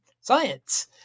science